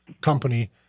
Company